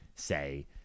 say